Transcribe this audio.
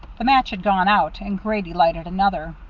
the match had gone out, and grady lighted another.